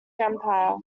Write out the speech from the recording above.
empire